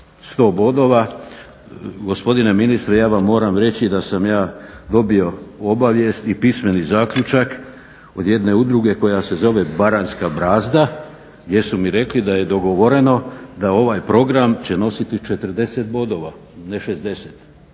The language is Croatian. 100 bodova. Gospodine ministre ja vam moram reći da sam ja dobio obavijest i pismeni zaključak od jedne udruge koja se zove "Baranjska brazda" gdje su mi rekli da je dogovoreno da ovaj program će nositi 40 bodova, ne 60.